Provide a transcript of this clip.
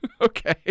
Okay